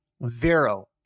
Vero